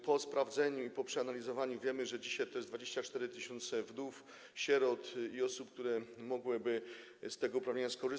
Po sprawdzeniu i przeanalizowaniu wiemy, że dzisiaj jest 24 tys. wdów, sierot i osób, które mogłyby z tego uprawnienia skorzystać.